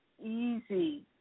easy